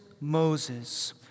Moses